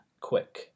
quick